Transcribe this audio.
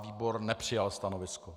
Výbor nepřijal stanovisko.